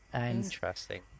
Interesting